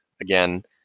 Again